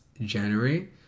January